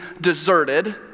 deserted